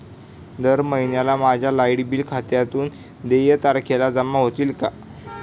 दर महिन्याला माझ्या लाइट बिल खात्यातून देय तारखेला जमा होतील का?